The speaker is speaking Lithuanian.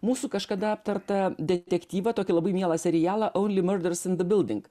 mūsų kažkada aptartą detektyvą tokį labai mielą serialą auli murders in da bilding